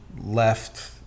left